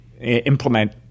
implement